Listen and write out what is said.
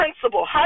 principle